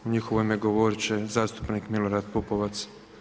U njihovo ime govorit će zastupnik Milorad Pupovac.